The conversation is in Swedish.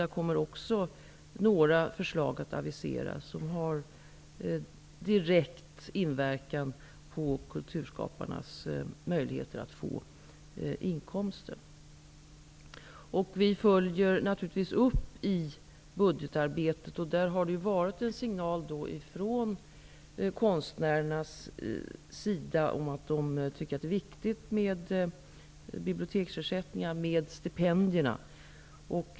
Där kommer också några förslag att aviseras. De har direkt inverkan på kulturskaparnas möjligheter att få inkomster. Vi följer naturligtvis upp dessa frågor i budgetarbetet. Konstnärerna har signalerat att de tycker att biblioteksersättningar och stipendier är viktiga.